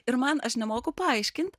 ir man aš nemoku paaiškint